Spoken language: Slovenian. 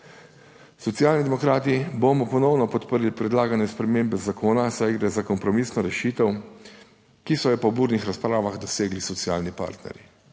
Socialni demokrati bomo ponovno podprli predlagane spremembe zakona, saj gre za kompromisno rešitev, ki so jo po burnih razpravah dosegli socialni partnerji.